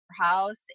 house